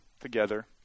together